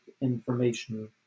information